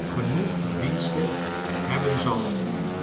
genoeg verdienste hebben zal